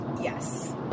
Yes